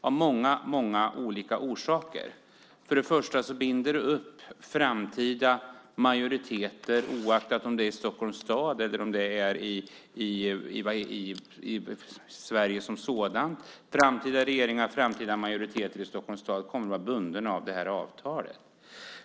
Det är häpnadsväckande av många skäl. För det första binder det upp framtida majoriteter. Antingen det är i Stockholms stad eller i Sverige som helhet kommer framtida regeringar och majoriteter att vara bundna av avtalet.